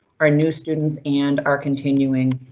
our new students and our continuing.